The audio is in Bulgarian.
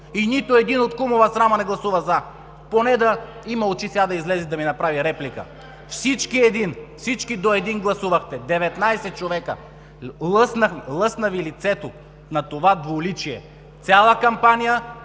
и нито един от кумова срама не гласува „за“, поне да има сега очи да излезе и да ми направи реплика. Всички до един гласувахте – 19 човека. Лъсна Ви лицето – това двуличие. Цяла кампания